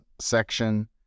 section